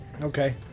Okay